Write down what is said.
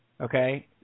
okay